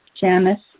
Janice